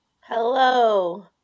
Hello